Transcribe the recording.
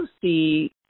see